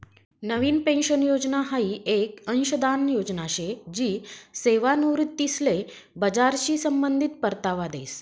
नवीन pension योजना हाई येक अंशदान योजना शे जी सेवानिवृत्तीसले बजारशी संबंधित परतावा देस